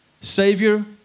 Savior